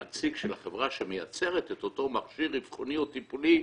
נציג של החברה שמייצרת את אותו מכשיר אבחוני או טיפולי,